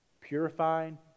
Purifying